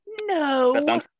No